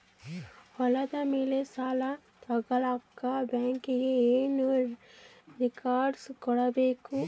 ಹೊಲದ ಮೇಲೆ ಸಾಲ ತಗಳಕ ಬ್ಯಾಂಕಿಗೆ ಏನು ಏನು ರೆಕಾರ್ಡ್ಸ್ ಕೊಡಬೇಕು?